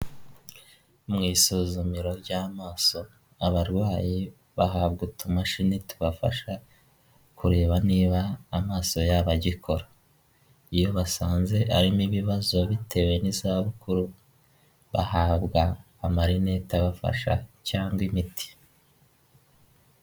Tengamara na tiveya twongeye kubatengamaza, ishimwe kuri tiveya ryongeye gutangwa ni nyuma y'ubugenzuzi isuzuma n'ibikorwa byo kugaruza umusoro byakozwe dukomeje gusaba ibiyamu niba utariyandikisha kanda kannyeri maganainani urwego ukurikiza amabwiriza nibayandikishije zirikana fatire ya ibiyemu no kwandikisha nimero yawe ya telefone itanga n amakuru.